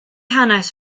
hanes